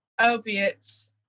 opiates